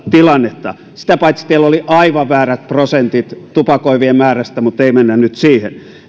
osan tilannetta sitä paitsi teillä oli aivan väärät prosentit tupakoivien määrästä mutta ei mennä nyt siihen